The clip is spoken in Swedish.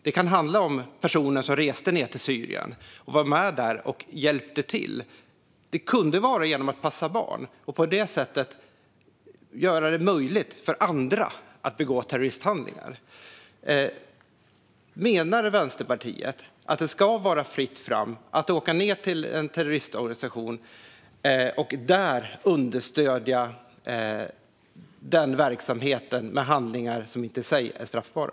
Det kan handla om personer som reste till Syrien och hjälpte till, till exempel genom att passa barn. På det sättet gjorde man det möjligt för andra att begå terroristhandlingar. Menar Vänsterpartiet att det ska vara fritt fram att åka till en terroristorganisation och där understödja verksamheten genom handlingar som inte i sig är straffbara?